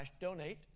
Donate